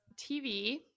TV